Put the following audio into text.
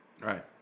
Right